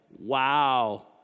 wow